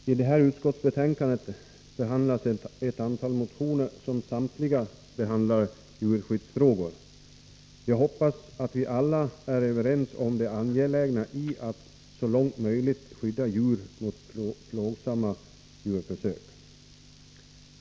Fru talman! I utskottsbetänkandet behandlas ett antal motioner som samtliga gäller djurskyddsfrågor. Jag hoppas att vi alla är överens om det angelägna i att så långt möjligt skydda djur mot plågsamma djurförsök.